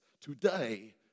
Today